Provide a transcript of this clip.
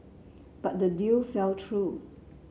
but the deal fell through